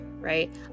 Right